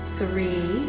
three